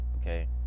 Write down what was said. Okay